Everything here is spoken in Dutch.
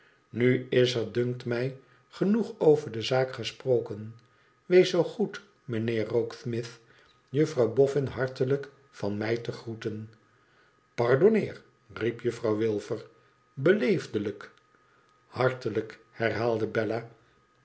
nu is er dunkt mij genoeg over de zaak gesproken wees zoo goed mijnheer rokesmith juffrouw boffin hartelijk van mij te groeten fpardonneer riep juffrouw wilfer beleefdelijk hartelijk herhaalde bella